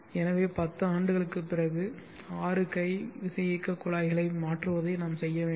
எனவே 10 ஆண்டுகளுக்குப் பிறகு 6 கை விசையியக்கக் குழாய்களை மாற்றுவதை நாம் செய்ய வேண்டும்